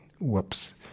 Whoops